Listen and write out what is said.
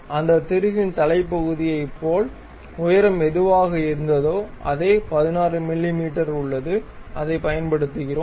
அந்த திருகின் தலை பகுதியை போல் உயரம் எதுவாக இருந்ததோ அதே 16 மிமீ உள்ளது அதைப் பயன்படுத்துகிறோம்